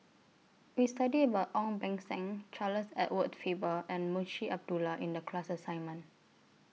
We studied about Ong Beng Seng Charles Edward Faber and Munshi Abdullah in The class assignment